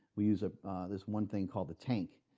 we use ah this one thing called the tank.